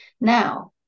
now